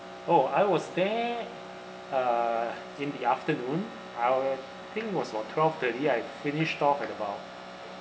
oh I was there uh in the afternoon I wa~ think was about twelve thirty I finished off at about